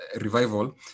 revival